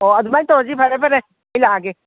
ꯑꯣ ꯑꯗꯨꯃꯥꯏꯅ ꯇꯧꯔꯁꯤ ꯐꯔꯦ ꯐꯔꯦ ꯑꯩ ꯂꯥꯛꯑꯒꯦ